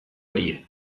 erie